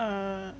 err